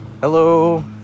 Hello